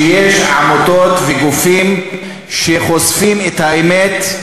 שיש עמותות וגופים שחושפים את האמת.